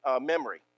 memory